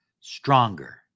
stronger